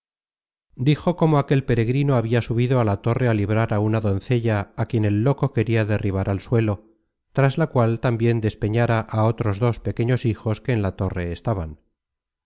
dijo cómo aquel peregrino habia subido á la torre á librar á una doncella á quien el loco queria derribar al suelo tras la cual tambien despeñara á otros dos pequeños hijos que en la torre estaban